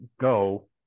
go